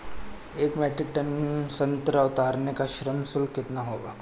एक metric ton संतरा उतारने का श्रम शुल्क कितना होगा?